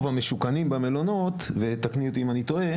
המשוכנים במלונות ותקני אותי אם אני טועה